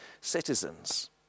citizens